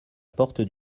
porte